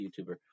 YouTuber